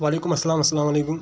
وعلیکم اسلام اسلام علیکم